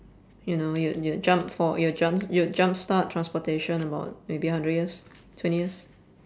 you know you'd you'd jump fo~ you'd jump you'd jumpstart transportation about maybe hundred years twenty years